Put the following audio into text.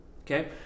Okay